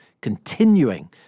continuing